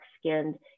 skinned